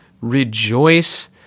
rejoice